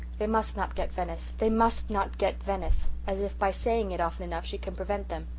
they must not get venice they must not get venice as if by saying it often enough she can prevent them.